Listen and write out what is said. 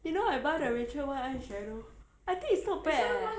you know I buy the Rachel Roy eyeshadow I think it's not bad eh